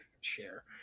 share